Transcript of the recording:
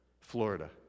Florida